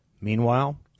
Meanwhile